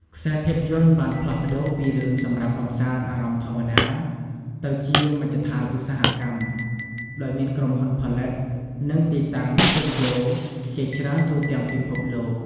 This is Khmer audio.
ខ្សែភាពយន្តបានផ្លាស់ប្តូរពីរឿងសម្រាប់កំសាន្តអារម្មណ៌ធម្មតា ទៅជាមជ្ឈដ្ឋានឧស្សាហកម្ម ដោយមានក្រុមហ៊ុនផលិត និង ទីតាំងស្ទូឌីយោជាច្រើនទូទាំងពិភពលោក។